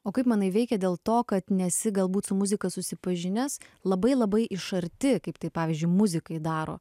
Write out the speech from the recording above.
o kaip manai veikia dėl to kad nesi galbūt su muzika susipažinęs labai labai iš arti kaip tai pavyzdžiui muzikai daro